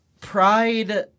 Pride